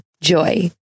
Joy